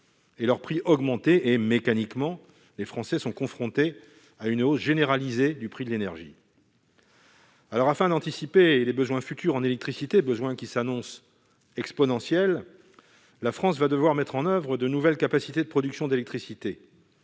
et leur prix augmenter. Les Français sont alors mécaniquement confrontés à une hausse généralisée du prix de l'énergie. Afin d'anticiper les besoins futurs en électricité, qui s'annoncent exponentiels, la France va devoir mettre en oeuvre de nouvelles capacités de production d'électricité.